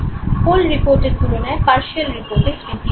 whole রিপোর্টের তুলনায় partial রিপোর্টে স্মৃতি ভালো